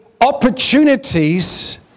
opportunities